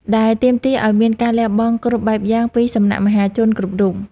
ដែលទាមទារឱ្យមានការលះបង់គ្រប់បែបយ៉ាងពីសំណាក់មហាជនគ្រប់រូប។